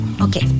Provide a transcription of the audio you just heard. Okay